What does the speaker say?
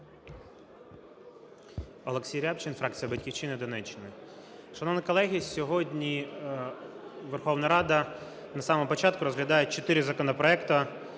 Олексій Рябчин, фракція "Батьківщина". Донеччина. Шановні колеги, сьогодні Верховна Рада на самому початку розглядає 4 законопроекти